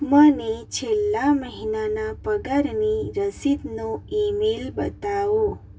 મને છેલ્લા મહિનાના પગારની રસીદનો ઈમેઈલ બતાવો